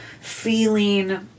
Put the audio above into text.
feeling